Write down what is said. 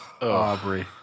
Aubrey